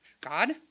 God